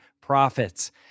profits